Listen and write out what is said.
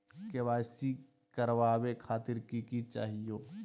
KYC करवावे खातीर कि कि चाहियो?